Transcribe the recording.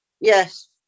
Yes